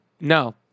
No